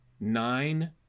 Nine